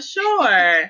sure